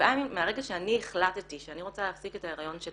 שבעה ימים מהרגע שאני החלטתי שאני רוצה להפסיק את ההיריון שלי